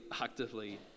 actively